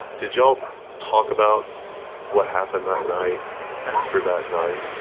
did y'all talk about what happened that night after that night?